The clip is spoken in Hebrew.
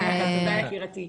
תודה יקירתי.